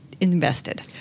invested